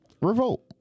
Revolt